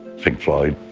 pink floyd,